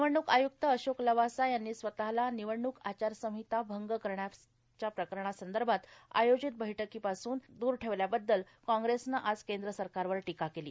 निवडणूक आय्क्त अशोक लवासा यांनी स्वतःला निवडणूक आचारसंहिता भंग करण्याच्या प्रकरणांसंदर्भात आयोजित बैठकीपासून स्वतःला दूर ठेवल्याबद्दल कॉग्रेसनं आज केंद्र सरकारवर टीका केली